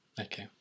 Okay